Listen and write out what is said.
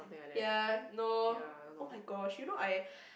ya no oh-my-gosh you know I